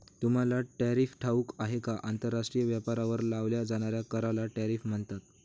तुम्हाला टॅरिफ ठाऊक आहे का? आंतरराष्ट्रीय व्यापारावर लावल्या जाणाऱ्या कराला टॅरिफ म्हणतात